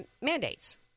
mandates